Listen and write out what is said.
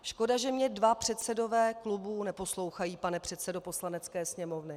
Škoda, že mně dva předsedové klubů neposlouchají, pane předsedo Poslanecké sněmovny.